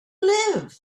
live